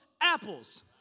apples